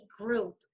group